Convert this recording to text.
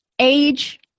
age